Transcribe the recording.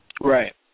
Right